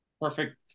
perfect